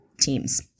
teams